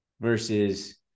versus